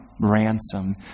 ransom